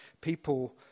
people